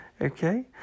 Okay